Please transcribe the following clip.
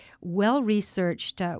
well-researched